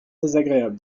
désagréable